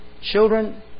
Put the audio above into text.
Children